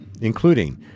including